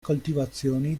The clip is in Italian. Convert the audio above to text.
coltivazioni